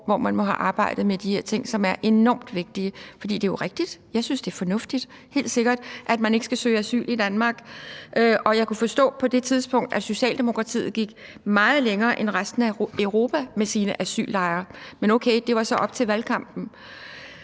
hvor man må have arbejdet med de her ting, som er enormt vigtige. For det er jo rigtigt, og jeg synes, det er fornuftigt, helt sikkert, at man ikke skal søge asyl i Danmark, og jeg kunne forstå på det tidspunkt, at Socialdemokratiet gik meget længere end resten af Europa med sine asyllejre. Men okay, det var så op til valgkampen.